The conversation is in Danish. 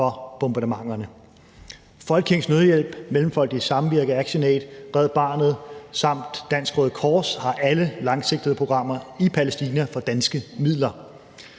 for bombardementerne. Folkekirkens Nødhjælp, Mellemfolkeligt Samvirke, ActionAid, Red Barnet samt Dansk Røde Kors har alle langsigtede programmer i Palæstina for danske midler.